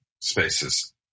spaces